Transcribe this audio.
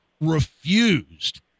refused